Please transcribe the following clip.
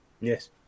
Yes